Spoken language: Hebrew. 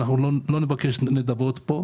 אנחנו לא נבקש פה נדבות.